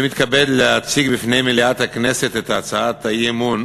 אני מתכבד להציג בפני מליאת הכנסת את הצעת האי-אמון